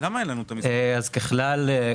ככלל,